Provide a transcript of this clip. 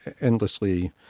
endlessly